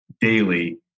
daily